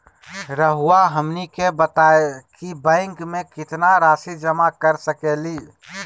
रहुआ हमनी के बताएं कि बैंक में कितना रासि जमा कर सके ली?